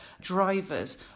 drivers